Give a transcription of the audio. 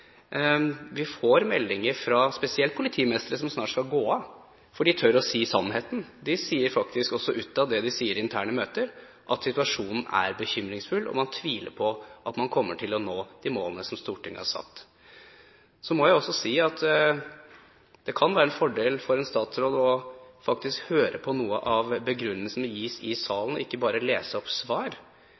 Vi får meldinger spesielt fra politimestre som snart skal gå av, for de tør å si sannheten. De sier faktisk også utad det de sier på interne møter, at situasjonen er bekymringsfull, og man tviler på at man kommer til å nå de målene som Stortinget har satt. Så må jeg også si at det kan være en fordel for en statsråd å høre på noe av begrunnelsen som gis i salen, ikke bare lese opp svar.